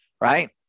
right